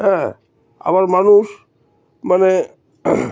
হ্যাঁ আবার মানুষ মানে